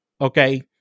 Okay